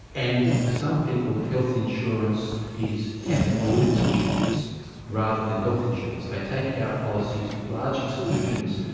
and for some people health insurance is tax avoidance insurance rather than health insurance. they take out policies with large exclusions,